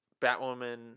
Batwoman